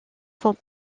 font